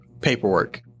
paperwork